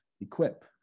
Equip